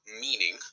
meaning